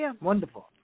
Wonderful